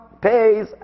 pays